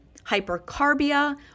hypercarbia